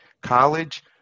college